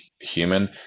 human